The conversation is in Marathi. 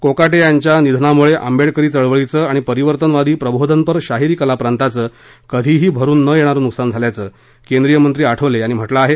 कोकाटे यांच्या निधनामुळे आंबेडकरी चळवळीचं आणि परिवर्तनवादी प्रबोधनपर शाहिरी कलाप्रांताचं कधीही भरून न येणारं नुकसान झाल्याचं आठवले यांनी म्हटलं आहे